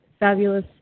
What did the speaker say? Fabulous